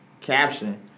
caption